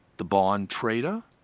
the bond trader,